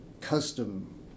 custom